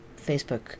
Facebook